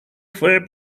fue